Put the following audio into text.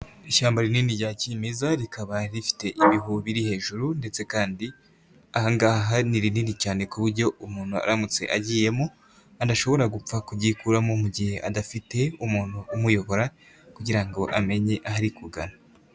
Ishyamba rinini rya kimeza, rikaba rifite ibihu biri hejuru ndetse kandi aha ngaha ni rinini cyane ku buryo umuntu aramutse agiyemo, adashobora gupfa kuryikuramo mu gihe adafite umuntu umuyobora kugira ngo amenye aho ari kugana.